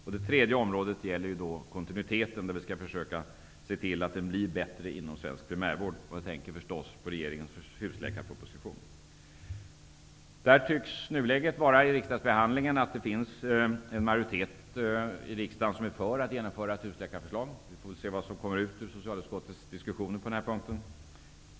Det tredje området är kontinuiteten. Vi skall försöka se till att kontinuiteten inom svensk primärvård blir bättre. Jag tänker förstås då på regeringens husläkarproposition. I nuläget tycks det i riksdagen finnas en majoritet som är för införandet av ett husläkarsystem. Vi får väl se vad som kommer ut av socialutskottets diskussioner i den frågan.